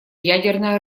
ядерное